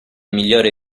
migliori